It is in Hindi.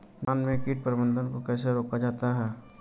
धान में कीट प्रबंधन को कैसे रोका जाता है?